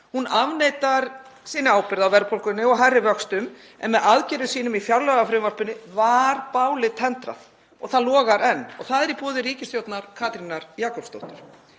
afneitar sinni ábyrgð á verðbólgunni og hærri vöxtum en með aðgerðum sínum í fjárlagafrumvarpinu var bálið tendrað. Það logar enn og það er í boði ríkisstjórnar Katrínar Jakobsdóttur.